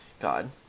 God